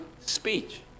speech